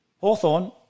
Hawthorne